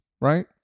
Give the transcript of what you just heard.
right